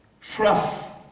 Trust